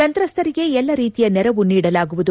ಸಂತ್ರಸ್ತರಿಗೆ ಎಲ್ಲ ರೀತಿಯ ನೆರವು ನೀಡಲಾಗುವುದು